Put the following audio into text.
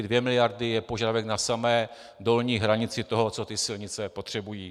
Dvě miliardy je požadavek na samé dolní hranici toho, co silnice potřebují.